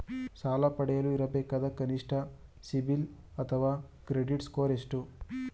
ಸಾಲ ಪಡೆಯಲು ಇರಬೇಕಾದ ಕನಿಷ್ಠ ಸಿಬಿಲ್ ಅಥವಾ ಕ್ರೆಡಿಟ್ ಸ್ಕೋರ್ ಎಷ್ಟು?